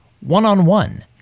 one-on-one